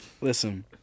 Listen